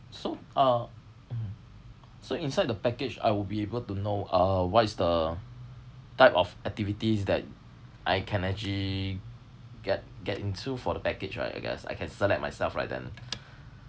so uh mm so inside the package I will be able to know uh what is the type of activities that I can actually get get into for the package right I guess I can select myself right then